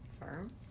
firms